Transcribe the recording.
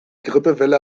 grippewelle